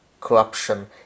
corruption